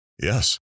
Yes